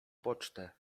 pocztę